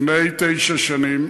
לפני תשע שנים